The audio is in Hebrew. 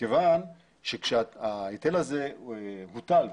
מכיוון שכשההיטל הזה הוטל,